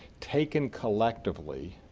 taken collectively,